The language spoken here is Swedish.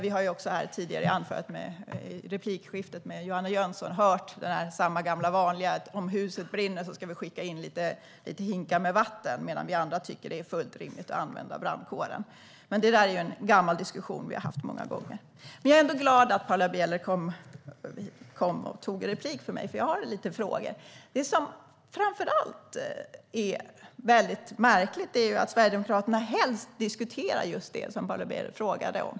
I hennes tidigare replikskifte med Johanna Jönsson hörde vi också samma gamla vanliga tanke om att vi ifall huset brinner ska skicka in några hinkar med vatten, medan vi andra tycker att det är fullt rimligt att använda brandkåren. Men det är en gammal diskussion som vi har haft många gånger. Jag är ändå glad över att Paula Bieler begärde replik på mig. Jag har nämligen några frågor. Det som framför allt är märkligt är att Sverigedemokraterna helst diskuterar just det som Paula Bieler frågade om.